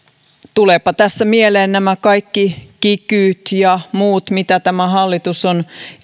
tulevatpa tässä mieleen nämä kaikki kikyt ja muut mitä tämä hallitus on